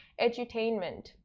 Edutainment